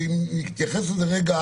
ואם נתייחס לזה רגע